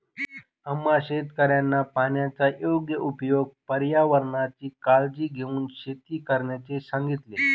आम्हा शेतकऱ्यांना पाण्याचा योग्य उपयोग, पर्यावरणाची काळजी घेऊन शेती करण्याचे सांगितले